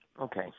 Okay